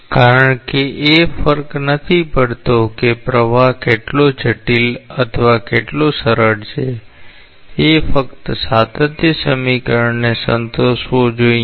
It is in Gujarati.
કારણ કે એ ફર્ક નથી પડતો કે પ્રવાહ કેટલો જટિલ અથવા કેટલો સરળ છે એ ફ્ક્ત સાતત્ય સમીકરણને સંતોષવો જોઈએ